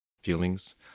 feelings